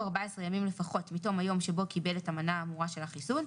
14 ימים לפחות מתום היום שבו קיבל את המנה האמורה של החיסון,